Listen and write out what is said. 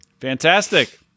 Fantastic